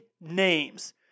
names